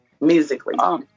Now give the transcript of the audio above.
musically